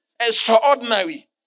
extraordinary